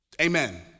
Amen